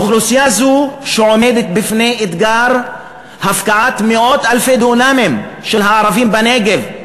אוכלוסייה זו עומדת בפני אתגר הפקעת מאות אלפי דונמים של הערבים בנגב,